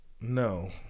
No